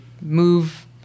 move